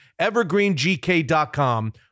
evergreengk.com